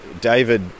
David